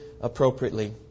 appropriately